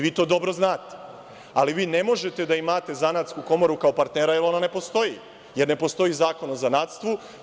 Vi to dobro znate, ali vi ne možete da imate zanatsku komoru kao partnera jer ona ne postoji, jer ne postoji zakon o zanatstvu.